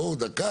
בואו דקה,